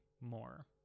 more